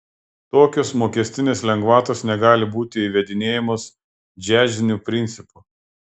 tokios mokestinės lengvatos negali būti įvedinėjamos džiaziniu principu